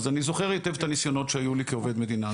אז אני זוכר היטב את הניסיונות שהיו לי כעובד מדינה,